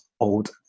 old